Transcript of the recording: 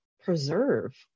preserve